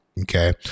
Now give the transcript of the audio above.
Okay